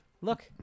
Look